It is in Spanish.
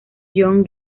john